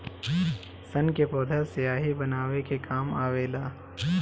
सन के पौधा स्याही बनावे के काम आवेला